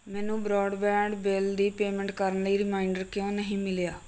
ਮੈਨੂੰ broadband bill ਦੀ payment ਕਰਨ ਲਈ ਰੀਮਾਈਂਡਰ ਕਿਉਂ ਨਹੀਂ ਮਿਲਿਆ